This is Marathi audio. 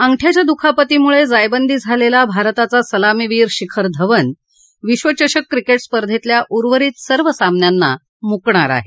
अंगठ्याच्या दुखापतीमुळे जायबंदी झालेला भारताचा सलामीवीर शिखर धवन विश्वचषक क्रिकेट स्पर्धेतल्या उर्वरीत सर्व सामन्यांना मुकणार आहे